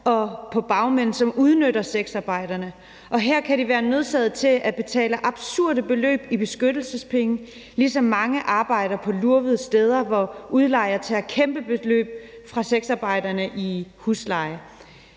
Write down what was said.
og bagmænd, som udnytter sexarbejderne, og her kan de være nødsaget til at betale absurde beløb i beskyttelsespenge, ligesom mange arbejder på lurvede steder, hvor udlejer tager kæmpebeløb i husleje fra sexarbejderne. Vi sender